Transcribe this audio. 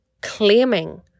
claiming